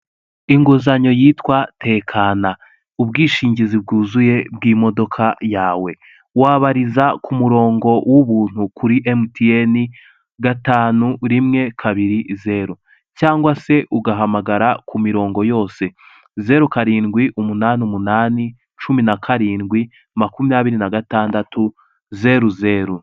Inguzanyo yitwa tekana ubwishingizi bwuzuye bw'imodoka yawe wabariza ku murongo wubuntu kuri emutiyeni gatanu, rimwe, kabiri, zeru cyangwa se ugahamagara ku mirongo yose zeru, karindwi, umunani, umunani, cumi na karindwi, makumyabiri n'agatandatu, zeru, zeru.